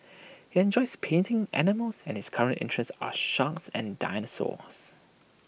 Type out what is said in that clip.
he enjoys painting animals and his current interests are sharks and dinosaurs